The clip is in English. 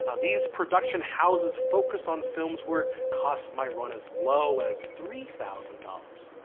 ah these production houses focused on films where costs might run as low as three thousand dollars.